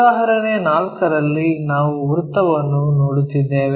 ಉದಾಹರಣೆ 4 ರಲ್ಲಿ ನಾವು ವೃತ್ತವನ್ನು ನೋಡುತ್ತಿದ್ದೇವೆ